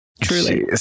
truly